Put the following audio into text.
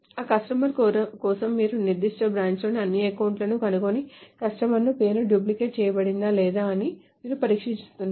ఆ కస్టమర్ కోసం మీరు నిర్దిష్ట బ్రాంచ్లోని అన్ని అకౌంట్ లను కనుగొని కస్టమర్ పేరు డూప్లికేట్ చేయబడిందా లేదా అని మీరు పరీక్షిస్తున్నారు